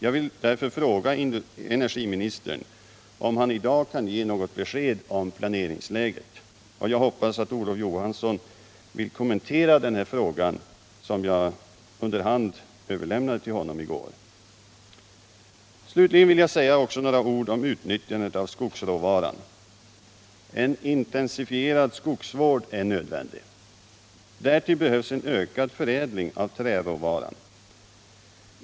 Jag vill fråga energiministern om han i dag kan ge något besked om planeringsläget. Jag hoppas att Olof Johansson vill kommentera den här frågan, som jag under hand överlämnat till honom i går. Slutligen vill jag också säga några ord om utnyttjandet av skogsråvaran. En intensifierad skogsvård är nödvändig. Därtill behövs en ökad förädling av träråvaran.